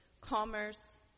commerce